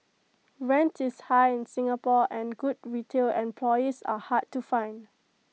rent is high in Singapore and good retail employees are hard to find